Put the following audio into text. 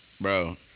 Bro